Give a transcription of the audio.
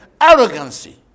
arrogancy